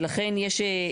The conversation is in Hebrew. ולכן, יש,